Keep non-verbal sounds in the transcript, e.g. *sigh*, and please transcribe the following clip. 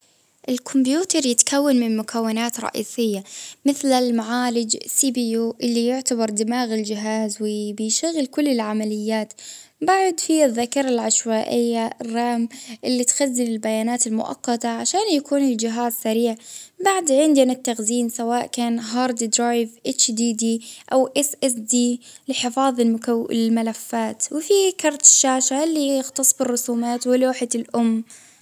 الكمبيوتر يتكون من مكونات رئيسية، مثل المعالج اللي يعتبر وحدة النسخ الإحتياطي دماغ الجهاز و *hesitation* بيشغل كل العمليات. بعد هي الذاكرة العشوائية الرام اللي تخزن البيانات المؤقتة عشان يكون الجهاز سريع. بعد عندنا التخرين سواء كان هارد درايف الأقراص الماغناطيسية أو ذاكرة الفلاش لحفظ المك-الملفات. وفيه كرت الشاشة اللي هي الرسومات ولوحة الأم.